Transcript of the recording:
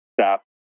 stop